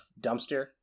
dumpster